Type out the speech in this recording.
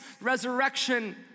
resurrection